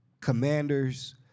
Commanders